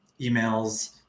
emails